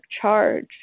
charge